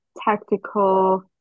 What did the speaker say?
tactical